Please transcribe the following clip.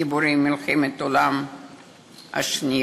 גיבורי מלחמת העולם השנייה.